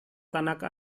tanaka